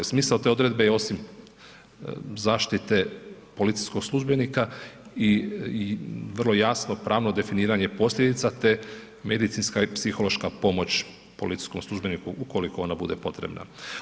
Smisao te odredbe je osim zaštite policijskog službenika i vrlo jasno pravno definiranje posljedica te medicinska i psihološka pomoć policijskom službeniku, ukoliko ona bude potrebna.